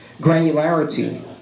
granularity